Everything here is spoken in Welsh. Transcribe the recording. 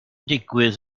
digwydd